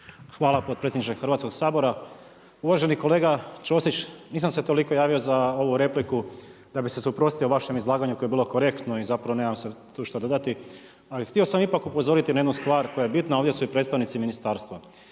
Hvala potpredsjedniče Hrvatskoga sabora. Uvaženi kolega Ćosić nisam se toliko javio za ovu repliku da bih se suprotstavio vašem izlaganju koje je bilo korektno i zapravo nema se tu šta dodati. Ali htio sam ipak upozoriti na jednu stvar koja je bitna a ovdje su i predstavnici ministarstva.